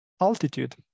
altitude